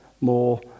more